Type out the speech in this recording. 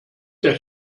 der